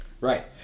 Right